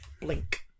Blink